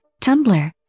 Tumblr